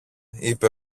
είπε